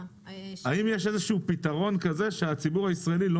האם יש איזה שהוא פתרון כדי שהציבור הישראלי לא